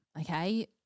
okay